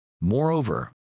Moreover